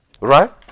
right